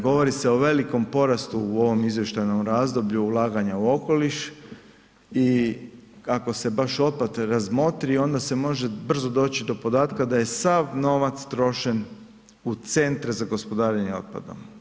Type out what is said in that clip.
Govori se o velikom porastu u ovom izvještajnom razdoblju ulaganja u okoliš i ako se baš otplate razmotri onda se može brzo doći do podatka da je sav novac trošen u centre za gospodarenje otpadom.